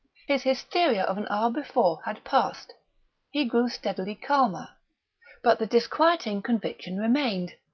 his hysteria of an hour before had passed he grew steadily calmer but the disquieting conviction remained.